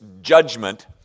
judgment